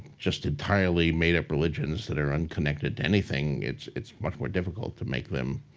just entirely made-up religions that are unconnected to anything, it's it's much more difficult to make them